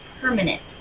permanent